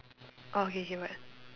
orh k k what